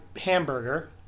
Hamburger